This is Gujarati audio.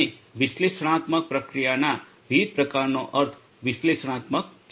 અને વિશ્લેષણાત્મક પ્રક્રિયાના વિવિધ પ્રકારોનો અર્થ વિશ્લેષણાત્મક છે